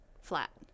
flat